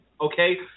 Okay